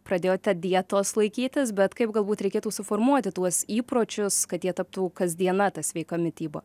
pradėjote dietos laikytis bet kaip galbūt reikėtų suformuoti tuos įpročius kad jie taptų kasdiena ta sveika mityba